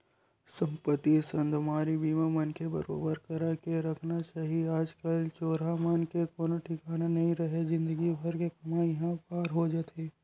संपत्ति सेंधमारी बीमा मनखे बरोबर करा के रखना चाही आज कल चोरहा मन के कोनो ठिकाना नइ राहय जिनगी भर के कमई ह पार हो जाथे